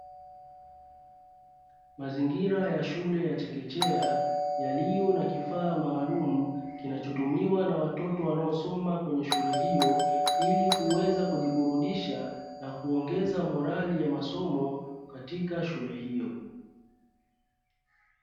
Mazingira ya shule ya chekechea yaliyo na kifaa maalumu, kinachotumiwa na watoto wanaosoma kwenye shule hiyo. Ili kuweza kujiburudisha na kuongeza morali ya masomo katika shule hiyo.